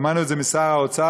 שמענו את זה משר האוצר,